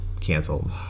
Canceled